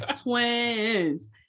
Twins